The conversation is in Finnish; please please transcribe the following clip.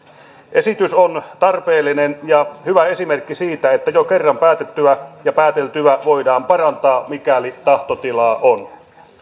esitys on tarpeellinen ja hyvä esimerkki siitä että jo kerran päätettyä ja pääteltyä voidaan parantaa mikäli tahtotilaa on lain